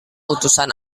utusan